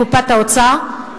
לקופת האוצר,